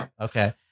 Okay